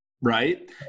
right